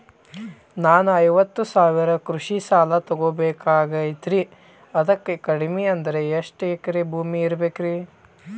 ನಾನು ಐವತ್ತು ಸಾವಿರ ಕೃಷಿ ಸಾಲಾ ತೊಗೋಬೇಕಾಗೈತ್ರಿ ಅದಕ್ ಕಡಿಮಿ ಅಂದ್ರ ಎಷ್ಟ ಎಕರೆ ಭೂಮಿ ಇರಬೇಕ್ರಿ?